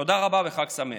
תודה רבה וחג שמח.